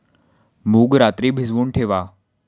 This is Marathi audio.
मूग रात्री भिजवून ठेवा